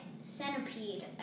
centipede